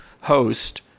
host